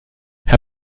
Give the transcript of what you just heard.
herr